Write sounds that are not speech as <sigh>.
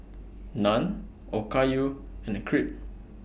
<noise> Naan Okayu and Crepe